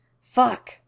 Fuck